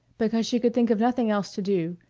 because she could think of nothing else to do,